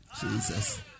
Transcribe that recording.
Jesus